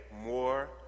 more